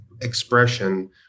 expression